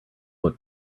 look